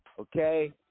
okay